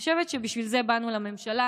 אני חושבת שבשביל זה באנו לממשלה,